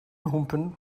humpen